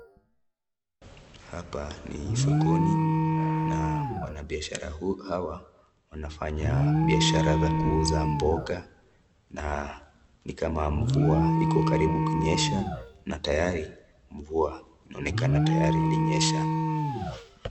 Hapa ni sokoni na wanabishara huu wanafanya biashara, kuuza mboga na ni kama mvua iko karibu kunyesha na tayari mvua inaonekana tayari ilinyesha.